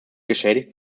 geschädigt